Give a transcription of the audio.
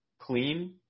clean